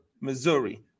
Missouri